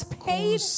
paid